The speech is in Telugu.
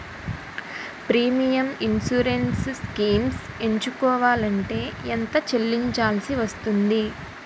ప్రీమియం ఇన్సురెన్స్ స్కీమ్స్ ఎంచుకోవలంటే ఎంత చల్లించాల్సివస్తుంది??